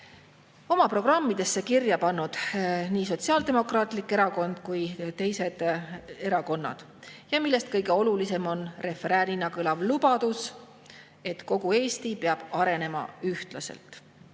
oma programmidesse kirja pannud nii Sotsiaaldemokraatlik Erakond kui ka teised erakonnad ja millest kõige olulisem on refräänina kõlav lubadus, et kogu Eesti peab arenema ühtlaselt. Ka